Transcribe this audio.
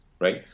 right